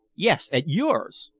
yes, at yours!